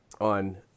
on